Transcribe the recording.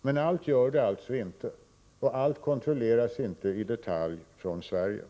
Men allt kommer alltså inte tillbaka, och allt kontrolleras inte i detalj från Sverige.